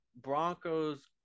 Broncos